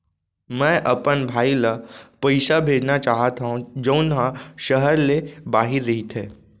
मै अपन भाई ला पइसा भेजना चाहत हव जऊन हा सहर ले बाहिर रहीथे